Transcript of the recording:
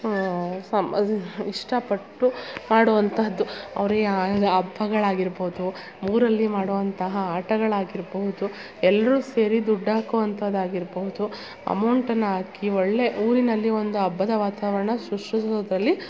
ಇಷ್ಟ ಪಟ್ಟು ಮಾಡುವಂತಹದ್ದು ಅವ್ರು ಯಾವ ಹಬ್ಬಗಳ್ ಆಗಿರ್ಬೌದು ಊರಲ್ಲಿ ಮಾಡುವಂತಹ ಆಟಗಳಾಗಿರ್ಬೌದು ಎಲ್ಲರು ಸೇರಿ ದುಡ್ಡು ಹಾಕುವಂತದ್ದು ಆಗಿರ್ಬೌದು ಅಮೌಂಟನ್ನು ಹಾಕಿ ಒಳ್ಳೆ ಊರಿನಲ್ಲಿ ಒಂದು ಹಬ್ಬದ ವಾತಾವರಣ ಸೃಷ್ಟಿಸೋದ್ರಲ್ಲಿ